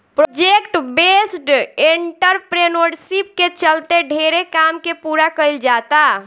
project based entrepreneurship के चलते ढेरे काम के पूरा कईल जाता